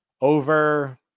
over